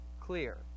clear